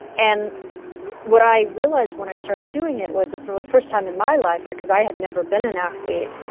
and what i realize when i started doing it was that for the first time in my life, because i had never been an athlete,